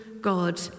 God